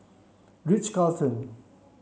Ritz Carlton